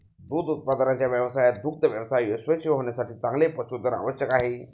दूध उत्पादनाच्या व्यवसायात दुग्ध व्यवसाय यशस्वी होण्यासाठी चांगले पशुधन आवश्यक आहे